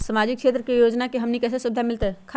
सामाजिक क्षेत्र के योजना से हमनी के की सुविधा मिलतै?